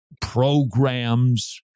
programs